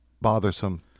bothersome